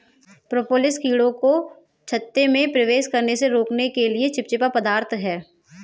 propolis कीड़ों को छत्ते में प्रवेश करने से रोकने के लिए चिपचिपा पदार्थ है